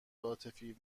عاطفی